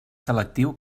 selectiu